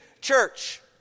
church